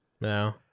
No